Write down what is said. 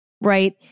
right